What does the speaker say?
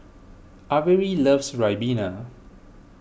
Averi loves Ribena